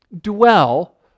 dwell